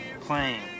playing